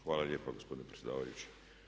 Hvala lijepa gospodine predsjedavajući.